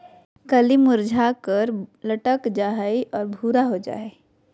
कली मुरझाकर लटक जा हइ और भूरा हो जा हइ